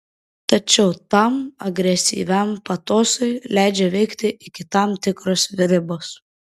tačiau tam agresyviam patosui leidžia veikti iki tam tikros ribos